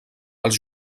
els